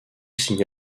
signe